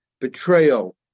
betrayal